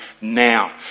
now